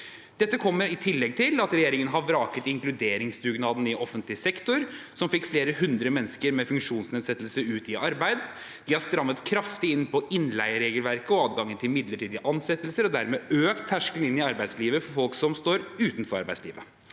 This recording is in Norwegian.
Dette kommer i tillegg til at regjeringen har vraket inkluderingsdugnaden i offentlig sektor, som fikk flere hundre mennesker med funksjonsnedsettelser ut i arbeid, og de har strammet kraftig inn på innleieregelverket og adgangen til midlertidige ansettelser og dermed hevet terskelen for å komme inn i arbeidslivet for folk som står utenfor arbeidslivet.